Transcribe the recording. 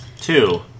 Two